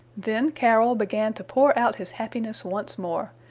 then carol began to pour out his happiness once more,